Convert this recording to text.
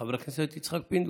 חבר הכנסת יצחק פינדרוס,